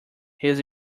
his